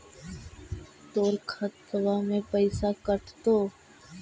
तोर खतबा से पैसा कटतो?